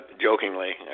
jokingly